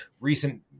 recent